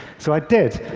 so i did.